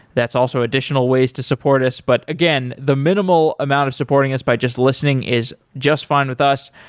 that's also additional ways to support us. but again, the minimal amount of supporting us by just listening is just fine with us.